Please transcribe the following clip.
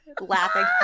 laughing